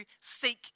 seek